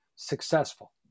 successful